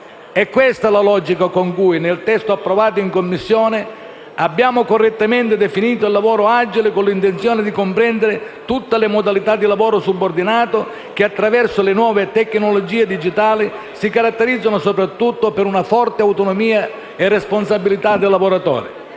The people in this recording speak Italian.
È questa la logica con cui, nel testo approvato in Commissione, abbiamo correttamente definito il lavoro agile con l'intenzione di comprendere tutte le modalità di lavoro subordinato che, attraverso le nuove tecnologie digitali, si caratterizzano soprattutto per una forte autonomia e responsabilità del lavoratore.